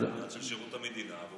זה עניין של שירות המדינה,